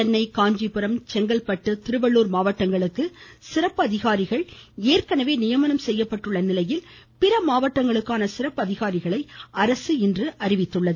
சென்னை காஞ்சிபுரம் செங்கல்பட்டு திருவள்ளுர் மாவட்டங்களுக்கு சிறப்பு அதிகாரிகள் ஏற்கனவே நியமனம் செய்யப்பட்டுள்ள நிலையில் பிற மாவட்டங்களுக்கான சிறப்பு அதிகாரிகளை அரசு இன்று நியமித்துள்ளது